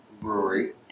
Brewery